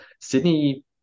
Sydney